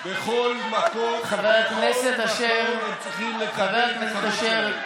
בכל מקום הם צריכים לקבל, חבר הכנסת אשר.